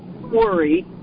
worry